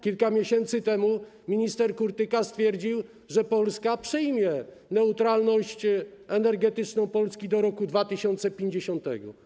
Kilka miesięcy temu minister Kurtyka stwierdził, że Polska przyjmie neutralność energetyczną do roku 2050.